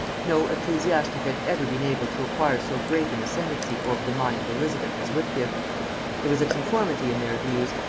no ecclesiastic had ever been able to acquire so great an ascendency over the mind of elizabeth as whitgift there was a conformity in their views,